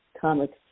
comics